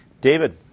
David